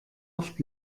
oft